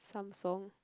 Samsung